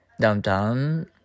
downtown